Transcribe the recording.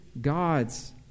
God's